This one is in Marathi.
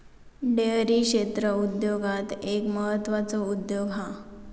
डेअरी क्षेत्र उद्योगांत एक म्हत्त्वाचो उद्योग हा